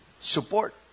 support